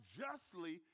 justly